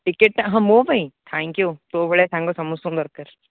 ଟିକେଟ୍ଟା ହଁ ମୋ ପାଇଁ ଥ୍ୟାଙ୍କ୍ ୟୁ ତୋ ଭଳିଆ ସାଙ୍ଗ ସମସ୍ତଙ୍କୁ ଦରକାର